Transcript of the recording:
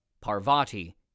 Parvati